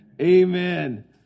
Amen